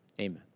Amen